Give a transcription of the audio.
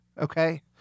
okay